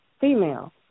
female